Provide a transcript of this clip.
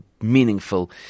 meaningful